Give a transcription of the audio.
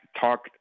talk